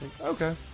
Okay